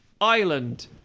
island